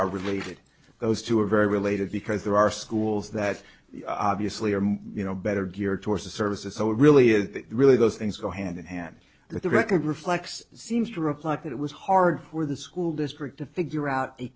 are related to those two are very related because there are schools that obviously are you know better geared towards the services so it really is really those things go hand in hand the record reflects seems to reflect that it was hard for the school district to figure out a